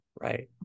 right